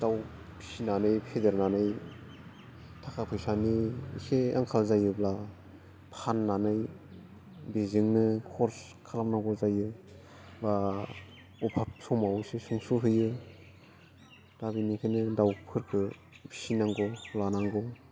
दाउ फिसिनानै फेदेरनानै थाखा फैसानि एसे आंखाल जायोब्ला फाननानै बिजोंनो खरस खालामनांगौ जायो बा अभाब समाव एसे सुंस'होयो दा बेनिखायनो दाउफोरखौ फिसिनांगौ लानांगौ